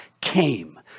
came